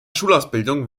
schulausbildung